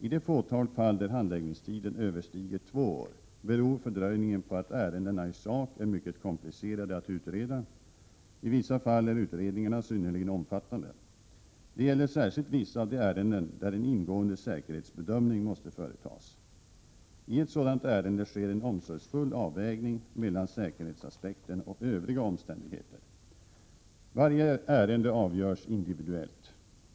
I det fåtal fall där 62 handläggningstiden överstiger två år, beror fördröjningen på att ärendena i sak är mycket komplicerade att utreda. I vissa fall är utredningarna = Prot. 1987/88:101 synnerligen omfattande. Det gäller särskilt vissa av de ärenden där en 15 april 1988 ingående säkerhetsbedömning måste företas. I ett sådant ärende sker en omsorgsfull avvägning mellan säkerhetsaspekten och övriga omständigheter. Varje ärende avgörs individuellt.